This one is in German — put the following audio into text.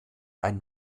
einen